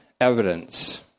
evidence